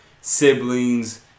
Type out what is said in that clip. siblings